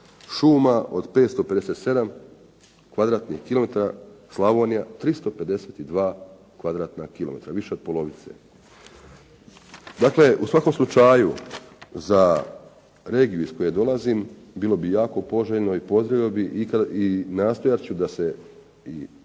Slavonija 352 kvadratna kilometra, više od polovice. Dakle, u svakom slučaju za regiju iz koje dolazim bilo bi jako poželjno i pozdravio i nastojat ću da se